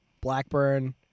Blackburn